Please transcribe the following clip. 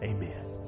Amen